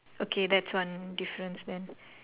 okay that's one difference then